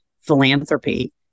philanthropy